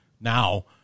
now